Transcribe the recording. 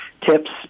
tips